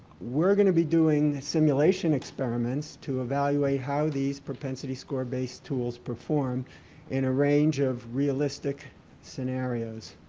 we're going to be doing the simulation experiments to evaluate how these propensity score based tools perform in a range of realistic scenarios.